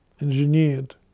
engineered